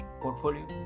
portfolio